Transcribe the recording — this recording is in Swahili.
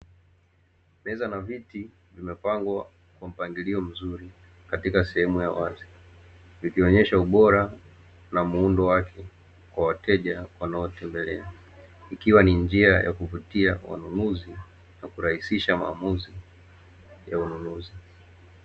Meza na viti vimepangwa kwa mpangilio mzuri katika sehemu ya wazi, ikionyesha ubora na muundo wake kwa wateja wanaotembelea, ikiwa ni njia ya kuvutia wanunuzi na kurahisisha maamuzi ya ununuzi.